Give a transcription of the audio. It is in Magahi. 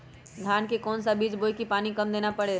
धान का कौन सा बीज बोय की पानी कम देना परे?